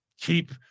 keep